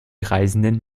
reisenden